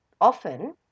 often